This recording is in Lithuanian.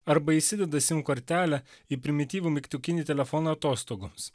arba įsideda sim kortelę į primityvų mygtukinį telefoną atostogoms